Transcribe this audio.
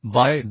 bye 2N